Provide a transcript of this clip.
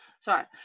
Sorry